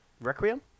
Requiem